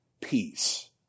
peace